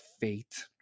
fate